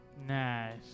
Nice